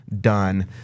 done